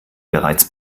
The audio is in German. bereits